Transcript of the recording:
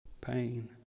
pain